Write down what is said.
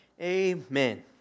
Amen